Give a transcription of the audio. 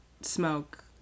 smoke